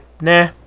nah